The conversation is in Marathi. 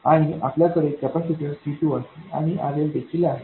आणि आपल्याकडे कॅपेसिटर C2 आहे आणि RL देखील आहे